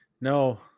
No